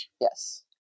yes